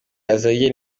azanye